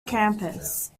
campus